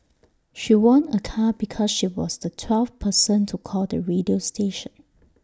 she won A car because she was the twelfth person to call the radio station